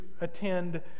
attend